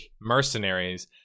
mercenaries